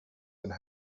and